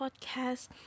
podcast